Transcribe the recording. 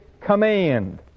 command